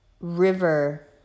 river